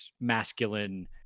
masculine